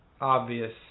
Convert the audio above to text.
obvious